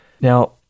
Now